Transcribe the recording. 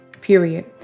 period